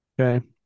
Okay